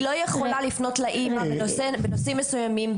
היא לא יכולה לפנות לאימא בנושאים מסוימים,